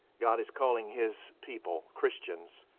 god is calling his people, christians,